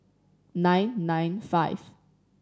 nine nine five